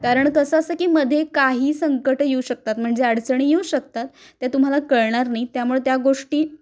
कारण कसं असं की मध्ये काही संकटं येऊ शकतात म्हणजे अडचणी येऊ शकतात त्या तुम्हाला कळणार नाहीत त्यामुळं त्या गोष्टी